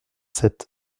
sept